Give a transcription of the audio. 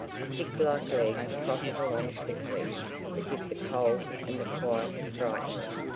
stick-like legs trotted along quickly as if the cold and the quiet had frightened them.